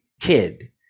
kid